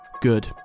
Good